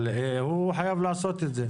אבל הוא חייב לעשות את זה.